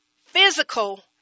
physical